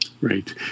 Right